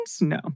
No